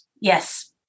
Yes